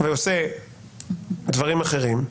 ועושה דברים אחרים,